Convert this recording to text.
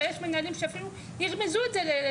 ויש מנהלים שאפילו ירמזו את זה לילד,